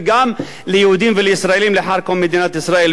וגם ליהודים ולישראלים לאחר קום מדינת ישראל.